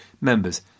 members